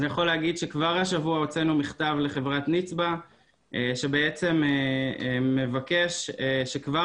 אני יכול להגיד שרק השבוע הוצאנו מכתב לחברת נצבא שבעצם מבקש שכבר